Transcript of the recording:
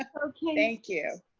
thank you.